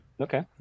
Okay